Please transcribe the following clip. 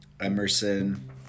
Emerson